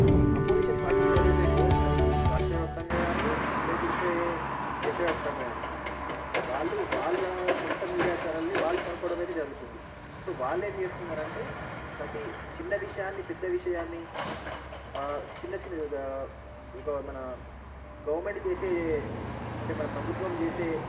ఈ opposition parties ఏమైతే ఉన్నాయో అవి రాష్ట్రవ్యాప్తంగా గానీ లేకుంటే దేశవ్యాప్తంగా గానీ వాళ్ళు వాళ్ళ సొంత మీడియా ఛానల్ని వాళ్ళు కొనుక్కోవడం అయితే జరుగుతుంది సో వాళ్ళేం చేస్తున్నారంటే ప్రతీ చిన్న విషయాన్ని పెద్ద విషయాన్ని చిన్న చిన్నగా ఇదిగో మన గవర్నమెంట్ చేసే అంటే మన ప్రభుత్వం చేసే